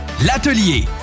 L'atelier